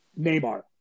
Neymar